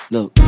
Look